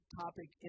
topic